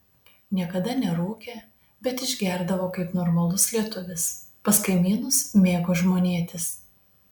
niekada nerūkė bet išgerdavo kaip normalus lietuvis pas kaimynus mėgo žmonėtis